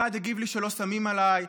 אחד הגיב לי שלא שמים עליי,